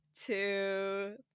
two